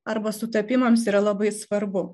arba sutapimams yra labai svarbu